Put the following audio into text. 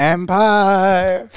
Empire